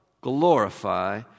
glorify